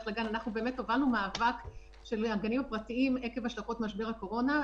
הובלנו את המאבק של הגנים הפרטיים בעקבות השלכות משבר הקורונה.